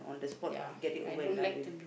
ya I don't like to be